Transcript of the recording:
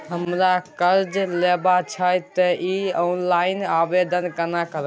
हमरा कर्ज लेबा छै त इ ऑनलाइन आवेदन केना करबै?